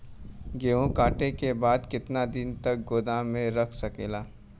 गेहूँ कांटे के बाद कितना दिन तक गोदाम में रह सकेला?